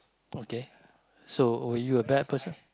okay so were you a bad person